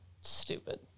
stupid